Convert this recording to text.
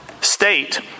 state